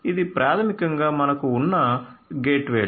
ఇది ప్రాథమికంగా మనకు ఉన్న గేట్వేలు